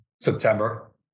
September